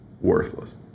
worthless